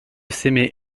s’aimer